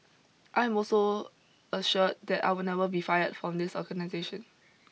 I am also assured that I would never be fired from this organisation